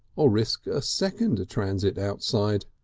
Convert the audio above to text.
or risk a second transit outside?